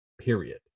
period